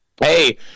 Hey